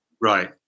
Right